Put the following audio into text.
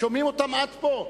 שומעים אותן עד פה.